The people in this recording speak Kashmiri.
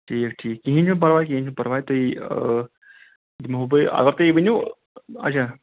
ٹھیٖک ٹھیٖک کِہیٖنۍ چھُنہٕ پرواے کِہیٖنۍ چھُنہٕ پرواے تۄہہِ دِمو بہٕ اگر تُہۍ ؤنو اچھا